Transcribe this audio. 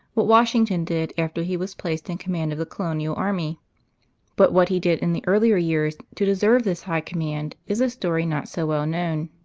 what washington did after he was placed in command of the colonial army but what he did in the earlier years to deserve this high command is a story not so well known.